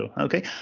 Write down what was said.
Okay